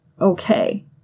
okay